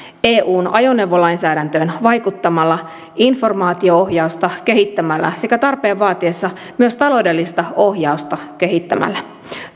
eun ajoneuvolainsäädäntöön vaikuttamalla informaatio ohjausta kehittämällä sekä tarpeen vaatiessa myös taloudellista ohjausta kehittämällä